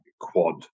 quad